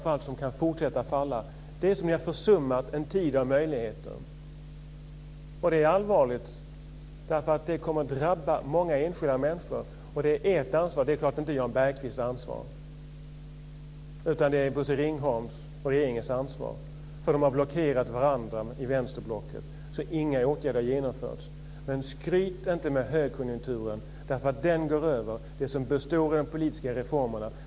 Det är som om ni har försummat en tid av möjligheter. Det är allvarligt därför att det kommer att drabba många enskilda människor. Och det är ert ansvar. Det är naturligtvis inte Jan Bergqvists ansvar, utan det är Bosse Ringholms och regeringens ansvar, för inom vänsterblocket har man blockerat varandra så att inga åtgärder har genomförts. Men skryt inte med högkonjunkturen för den går över. Det som består är de politiska reformerna.